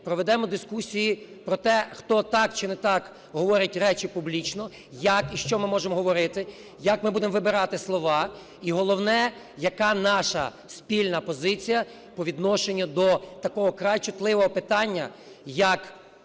проведемо дискусії про те, хто так чи не так говорить речі публічно, як і що ми можемо говорити, як ми будемо вибирати слова. І головне, яка наша спільна позиція по відношенню до такого вкрай чутливого питання, як